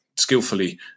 Skillfully